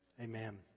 amen